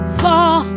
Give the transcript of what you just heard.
fall